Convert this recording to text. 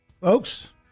Folks